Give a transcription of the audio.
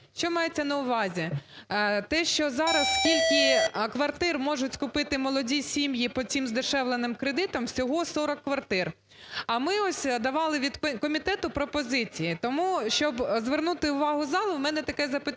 Що мається на увазі? Те, що зараз скільки квартир можуть купити молоді сім'ї по цим здешевленим кредитам, всього 40 квартир, а ми ось давали комітету пропозиції. Тому, щоб звернути увагу залу в мене таке запитання,